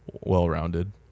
well-rounded